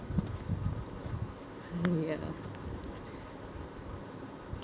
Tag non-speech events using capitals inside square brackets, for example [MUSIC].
[LAUGHS] ya